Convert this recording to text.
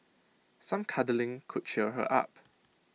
some cuddling could cheer her up